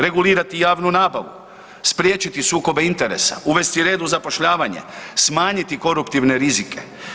Regulirati javnu nabavu, spriječiti sukobe interesa, uvesti red u zapošljavanje, smanjiti koruptivne rizike.